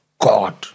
God